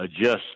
adjust